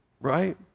right